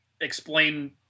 explain